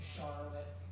Charlotte